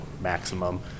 maximum